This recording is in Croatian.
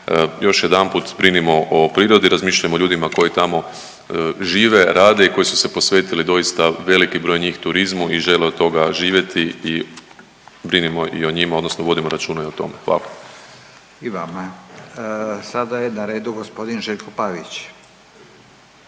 još jedanput brinimo o prirodi, razmišljajmo o ljudima koji tamo žive, rade i koji su se posvetili doista veliki broj njih turizmu i žele od toga živjeti i brinimo i o njima odnosno vodimo računa i o tome. Hvala. **Radin, Furio (Nezavisni)** I vama. Sada je na redu gospodin Željko Pavić.